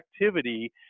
activity